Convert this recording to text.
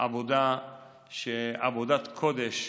עבודת קודש,